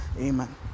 amen